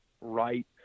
right